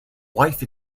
wife